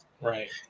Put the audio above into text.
Right